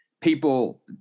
people